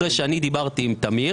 אחרי שדיברתי עם טמיר,